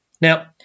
Now